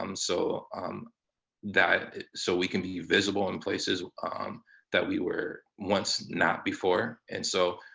um so that so we can be visible in places that we were once not before and so,